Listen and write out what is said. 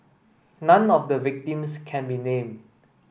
none of the victims can be named